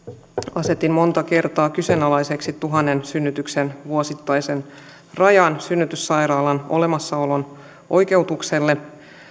asetin monta kertaa kyseenalaiseksi tuhannen synnytyksen vuosittaisen rajan synnytyssairaalan olemassaolon oikeutukselle